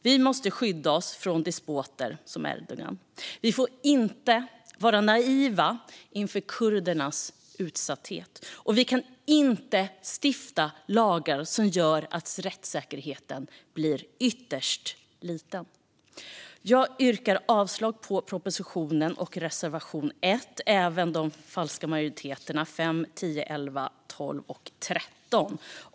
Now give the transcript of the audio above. Vi måste skydda oss från despoter som Erdogan. Vi får inte vara naiva inför kurdernas utsatthet, och vi kan inte stifta lagar som gör att rättssäkerheten blir ytterst liten. Jag yrkar avslag på propositionen och på reservation 1 och även på reservationerna med falsk majoritet, alltså 5, 10, 11, 12 och 13.